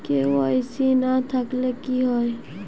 KYC না করলে কি হয়?